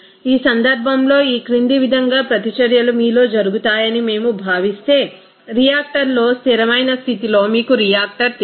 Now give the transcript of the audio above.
ఈ సందర్భంలో ఈ క్రింది విధంగా ప్రతిచర్యలు మీలో జరుగుతాయని మేము భావిస్తే రియాక్టర్లో స్థిరమైన స్థితిలో మీకు రియాక్టర్ తెలుసు